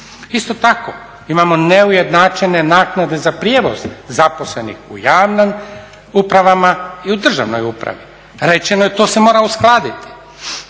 Isto tako, imamo neujednačene naknade za prijevoze zaposlenih u javnim upravama i u državnoj upravi. Pa rečeno je to se mora uskladiti?